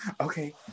okay